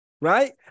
right